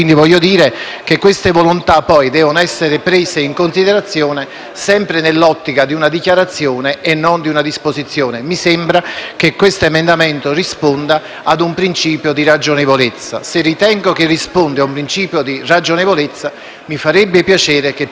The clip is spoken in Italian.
sempre nell'ottica di una dichiarazione e non di una disposizione. Mi sembra che questo emendamento risponda a un principio di ragionevolezza; ritenendo che risponda a tale principio, mi farebbe piacere che possa intervenire qualcuno che mi dimostri l'irragionevolezza.